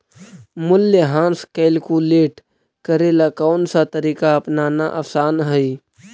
मूल्यह्रास कैलकुलेट करे ला कौनसा तरीका अपनाना आसान हई